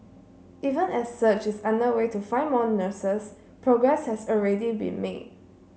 even as search is underway to find more nurses progress has already been made